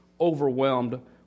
overwhelmed